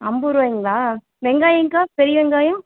ஐம்பது ருபாய்ங்களா வெங்காயம்க்கா பெரிய வெங்காயம்